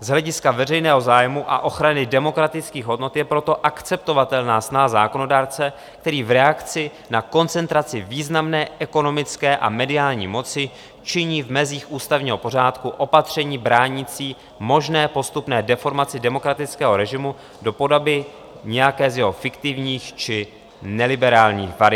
Z hlediska veřejného zájmu a ochrany demokratických hodnot je proto akceptovatelná snaha zákonodárce, který v reakci na koncentraci významné ekonomické a mediální moci činí v mezích ústavního pořádku opatření bránící možné postupné deformaci demokratického režimu do podoby nějaké z jeho fiktivních či neliberálních variant.